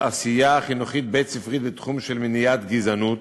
עשייה חינוכית בית-ספרית בתחום של מניעת גזענות.